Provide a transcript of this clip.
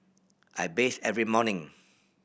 I bathe every morning